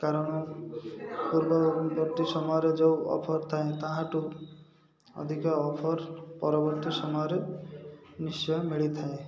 କାରଣ ପୂର୍ବବର୍ତ୍ତୀ ସମୟରେ ଯେଉଁ ଅଫର୍ ଥାଏ ତାହାଠୁ ଅଧିକ ଅଫର୍ ପରବର୍ତ୍ତୀ ସମୟରେ ନିଶ୍ଚୟ ମିଳିଥାଏ